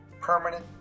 permanent